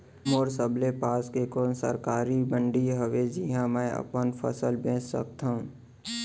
मोर सबले पास के कोन सरकारी मंडी हावे जिहां मैं अपन फसल बेच सकथव?